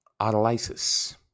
autolysis